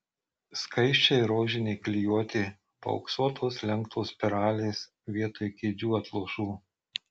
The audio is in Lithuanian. skaisčiai rožinė klijuotė paauksuotos lenktos spiralės vietoj kėdžių atlošų